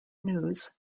news